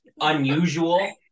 unusual